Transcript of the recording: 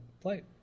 play